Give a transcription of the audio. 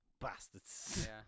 Bastards